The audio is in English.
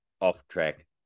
off-track